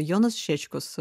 jonas šečkus